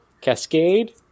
Cascade